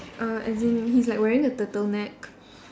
err as in he's like wearing a turtleneck